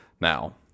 Now